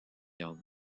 young